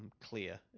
clear